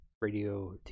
radio